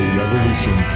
revolution